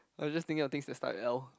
I was just thinking of things that with L